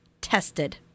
tested